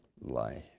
life